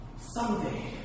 Someday